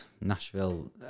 Nashville